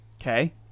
Okay